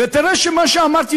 ותראה שמה שאמרתי,